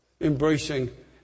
embracing